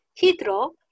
Hydro